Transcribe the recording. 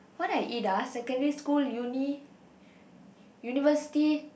what I eat ah secondary school uni university